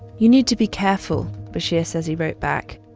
you need to be careful, bashir says he wrote back.